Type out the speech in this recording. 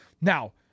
Now